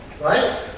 right